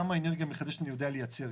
כמה אנרגיה מתחדשת אני יודע לייצר,